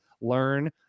learn